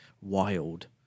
wild